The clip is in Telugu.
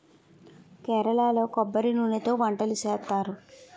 కేరళలో కొబ్బరి నూనెతోనే వంటలు చేస్తారు